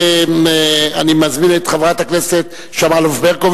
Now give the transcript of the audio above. אני מזמין את חברת הכנסת שמאלוב-ברקוביץ,